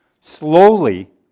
Slowly